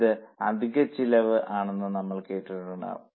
ഇത് അധിക ചിലവ് ആണെന്ന് നമ്മൾ കേട്ടിട്ടുണ്ടാകും